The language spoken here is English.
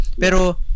Pero